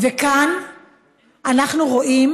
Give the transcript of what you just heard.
וכאן אנחנו רואים